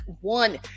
one